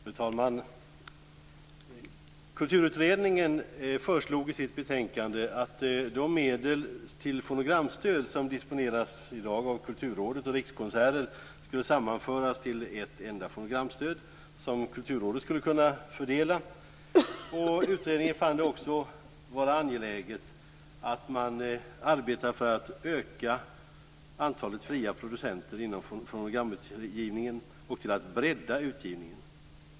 Fru talman! Kulturutredningen föreslog i sitt betänkande att de medel till fonogramstöd som i dag disponeras av Kulturrådet och Rikskonserter skulle sammanföras till ett enda fonomgramstöd, som Kulturrådet skulle kunna fördela. Utredningen fann det också vara angeläget att man arbetar för att öka antalet fria producenter inom fonogramutgivningen och för att bredda utgivningen.